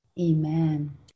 amen